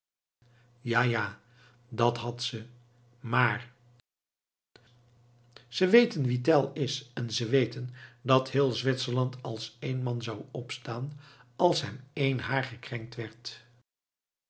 ja ja dat had ze maar ze weten wie tell is en ze weten dat heel zwitserland als één man zou opstaan als hem één haar gekrenkt werd